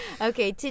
Okay